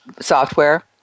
software